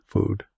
Food